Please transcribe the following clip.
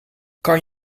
kan